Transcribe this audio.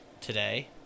today